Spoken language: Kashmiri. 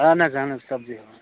اہن حٲز اہن حظ سبزی ہیٚوان